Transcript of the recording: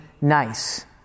nice